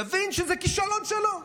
יבין שזה כישלון שלו,